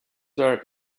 are